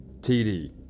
TD